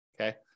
okay